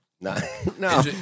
No